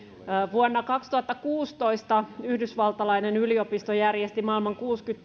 vuonna kaksituhattakuusitoista yhdysvaltalainen yliopisto järjesti kuudenkymmenen maailman